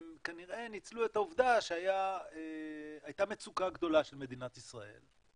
הם כנראה ניצלו את העובדה שהייתה מצוקה גדולה של מדינת ישראל,